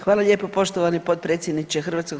Hvala lijepo poštovani potpredsjedniče HS.